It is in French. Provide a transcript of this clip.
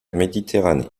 méditerranée